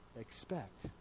Expect